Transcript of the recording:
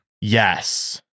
Yes